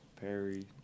Perry